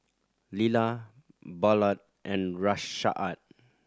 Lila Ballard and Rashaad